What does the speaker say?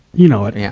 you know it. yeah